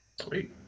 Sweet